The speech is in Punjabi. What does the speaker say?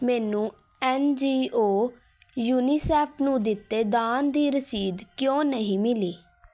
ਮੈਨੂੰ ਐੱਨ ਜੀ ਓ ਯੂਨੀਸੈਫ਼ ਨੂੰ ਦਿੱਤੇ ਦਾਨ ਦੀ ਰਸੀਦ ਕਿਉਂ ਨਹੀਂ ਮਿਲੀ